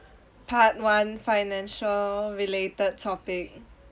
part one financial related topic